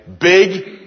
Big